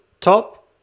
top